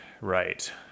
right